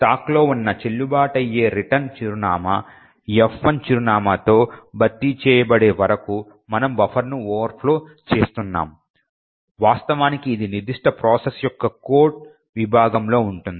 స్టాక్లో ఉన్న చెల్లుబాటు అయ్యే రిటర్న్ చిరునామా F1 చిరునామాతో భర్తీ చేయబడే వరకు మనము బఫర్ను ఓవర్ ఫ్లో చేస్తున్నాము వాస్తవానికి ఇది నిర్దిష్ట ప్రాసెస్ యొక్క కోడ్ విభాగంలో ఉంటుంది